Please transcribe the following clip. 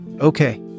Okay